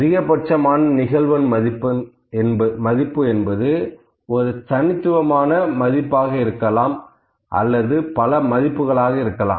அதிகபட்சமான நிகழ்வெண் மதிப்பு என்பது ஒரு தனித்துவமான மதிப்பாக இருக்கலாம் அல்லது பல மதிப்புகளாக இருக்கலாம்